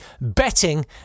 betting